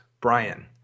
Brian